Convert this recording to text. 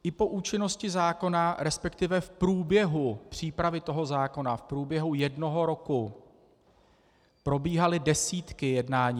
I po účinnosti zákona, respektive v průběhu přípravy zákona, v průběhu jednoho roku probíhaly desítky jednání.